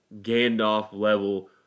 Gandalf-level